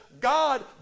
God